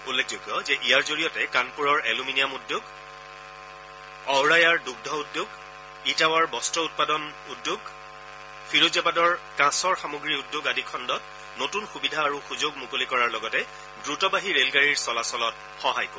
উল্লেখযোগ্য যে ইয়াৰ জৰিয়তে কানপুৰৰ এলুমিনিয়াম উদ্যোগ অউৰায়াৰ দুগ্ধ উদ্যোগ ইটাৱাৰ বস্ত্ৰ উৎপাদন ফিৰোজাবাদৰ কাঁচৰ সামগ্ৰীৰ উদ্যোগ আদি খণ্ডত নতুন সুবিধা আৰু সুযোগ মুকলি কৰাৰ লগতে দ্ৰুতবেগী ৰে'ল চলাচলত সহায় কৰিব